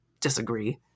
disagree